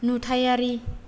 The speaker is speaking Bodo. नुथायारि